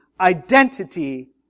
identity